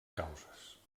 causes